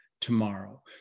tomorrow